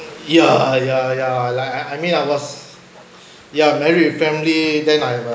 ya ya ya like I I mean I was ya married with family then I'm a